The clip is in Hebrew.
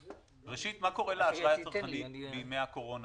ראשית, מה קורה לאשראי הצרכני בימי הקורונה?